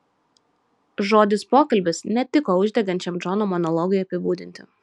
žodis pokalbis netiko uždegančiam džono monologui apibūdinti